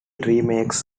remakes